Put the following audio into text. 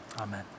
amen